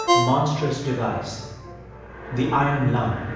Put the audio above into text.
monstrous device the iron lung